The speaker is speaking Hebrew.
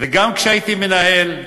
וגם כשהייתי מנהל,